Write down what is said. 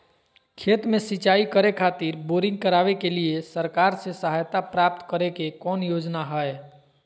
खेत में सिंचाई करे खातिर बोरिंग करावे के लिए सरकार से सहायता प्राप्त करें के कौन योजना हय?